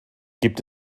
gibt